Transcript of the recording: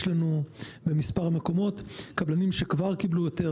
יש לנו במספר מקומות קבלנים שכבר קיבלו היתר,